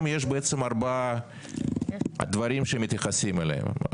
יש בעצם ארבעה דברים שמתייחסים אליהם: